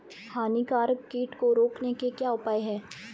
हानिकारक कीट को रोकने के क्या उपाय हैं?